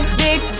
big